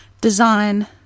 design